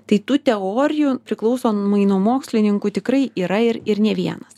tai tų teorijų priklausomai nuo mokslininkų tikrai yra ir ir ne vienas